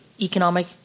economic